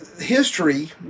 history